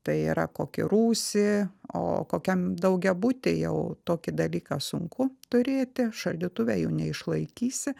tai yra kokį rūsį o kokiam daugiabuty jau tokį dalyką sunku turėti šaldytuve jų neišlaikysi